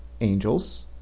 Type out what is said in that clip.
angels